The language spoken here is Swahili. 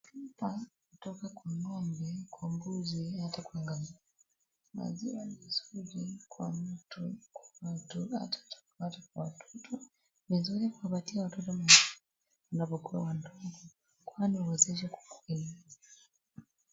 Chupa hutoka kwa ng'ombe, kwa mbuzi hata kwa ngamia. Maziwa ni vizuri kwa mtu watu hata kwa watoto. Ni vizuri kuwapatia watoto maziwa wanapokuwa wadogo kwani huwezesha kukua.